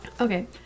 okay